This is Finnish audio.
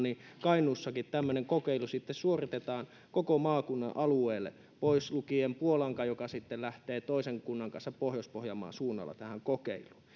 kainuussakin tämmöinen kokeilu sitten suoritetaan koko maakunnan alueelle pois lukien puolanka joka sitten lähtee toisen kunnan kanssa pohjois pohjanmaan suunnalla tähän